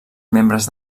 membres